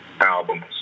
albums